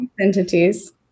entities